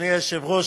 אדוני היושב-ראש,